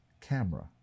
camera